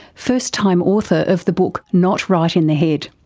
first time author of the book not right in the head.